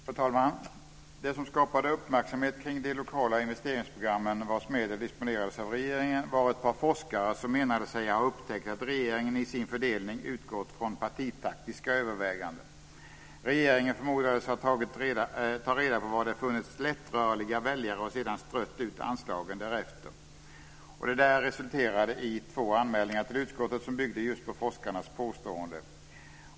Fru talman! Det som skapade uppmärksamhet kring de lokala investeringsprogrammen, vars medel disponerades av regeringen, var ett par forskare som menade sig ha upptäckt att regeringen i sin fördelning utgått från partitaktiska överväganden. Regeringen förmodades ha tagit reda på var det funnits lättrörliga väljare och sedan strött ut anslagen därefter. Det resulterade i två anmälningar till utskottet som byggde just på forskarnas påståenden.